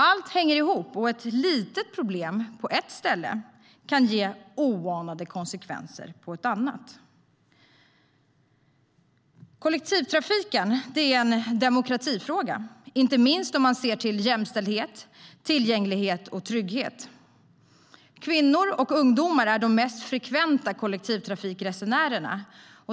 Allt hänger ihop, och ett litet problem på ett ställe kan få oanade konsekvenser på ett annat. Kollektivtrafiken är en demokratifråga, inte minst om man ser till jämställdhet, tillgänglighet och trygghet. Kvinnor och ungdomar är de mest frekventa kollektivtrafikresenärerna.